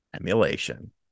emulation